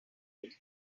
child